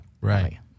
Right